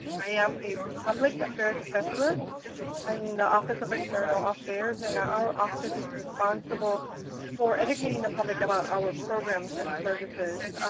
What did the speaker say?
i am a public affairs specialist in and the office of external affairs and our office is responsible for educating the public about our programs and services.